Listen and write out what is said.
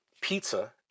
pizza